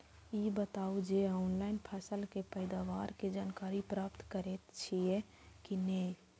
ई बताउ जे ऑनलाइन फसल के पैदावार के जानकारी प्राप्त करेत छिए की नेय?